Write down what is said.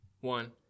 one